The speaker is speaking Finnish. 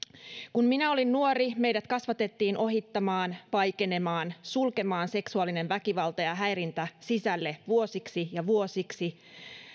kun minä olin nuori meidät kasvatettiin ohittamaan vaikenemaan sulkemaan seksuaalinen väkivalta ja häirintä sisälle vuosiksi ja vuosiksi